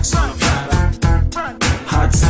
Hot